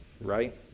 Right